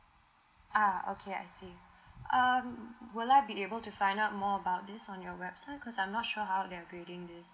ah okay I see um will I be able to find out more about this on your website cause I'm not sure how they are grading this